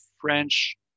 French